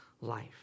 life